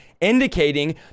indicating